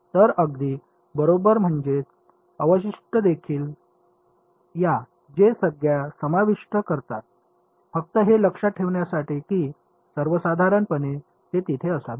तर अगदी बरोबर म्हणजे अवशिष्ट देखील या जे संज्ञा समाविष्ट करतात फक्त हे लक्षात ठेवण्यासाठी की सर्वसाधारणपणे ते तिथे असावे